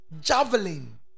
javelin